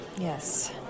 yes